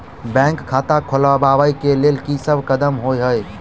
Bank खाता खोलबाबै केँ लेल की सब कदम होइ हय?